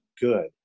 good